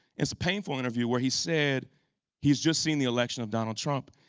it's a painful interview where he said he's just seen the election of donald trump.